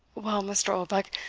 well, mr. oldbuck,